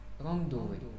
wrongdoing